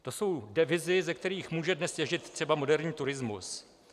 To jsou devizy, ze kterých může dnes těžit třeba moderní turismus.